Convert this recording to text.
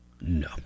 No